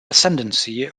ascendancy